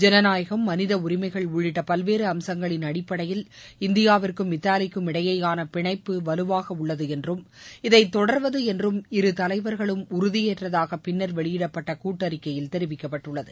ஜனநாயகம் மனித உரிமைகள் உள்ளிட்ட பல்வேறு அம்சங்களின் அடிப்படையில் இந்தியாவிற்கும் இத்தாலிக்கும் இடையேயான பிணைப்பு வலுவாக உள்ளது என்றும் இதை தொடர்வது என்றும் இரு தலைவர்களும் உறுதியேற்றதாக பின்னர் வெளியிடப்பட்ட கூட்டறிக்கையில் தெரிவிக்கப்பட்டுள்ளது